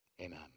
Amen